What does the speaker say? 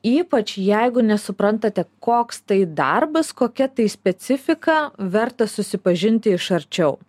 ypač jeigu nesuprantate koks tai darbas kokia tai specifika verta susipažinti iš arčiau